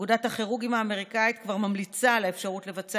אגודת הכירורגים האמריקאית כבר ממליצה על האפשרות לבצע